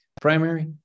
primary